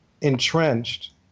entrenched